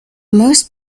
most